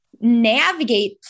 navigate